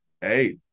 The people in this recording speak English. hey